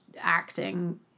acting